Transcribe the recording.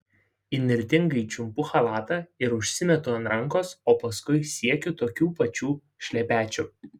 įnirtingai čiumpu chalatą ir užsimetu ant rankos o paskui siekiu tokių pačių šlepečių